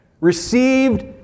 Received